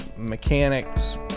Mechanics